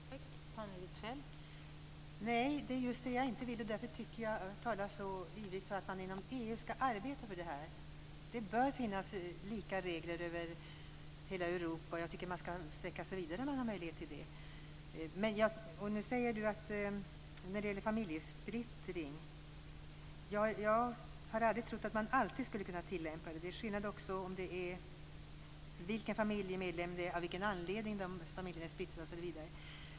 Fru talman! Nej, det är just det som jag inte vill. Det är därför som jag så ivrigt talar för att man inom EU skall arbeta med detta. Det bör gälla lika regler över hela Europa, och jag tycker också att man skall sträcka sig vidare om man har möjlighet till det. När det gäller familjesplittring har jag aldrig trott att man alltid skulle kunna tillämpa en sådan regel. Det beror på vilken familjemedlem som det är fråga om, av vilken anledning familjen är splittrad osv.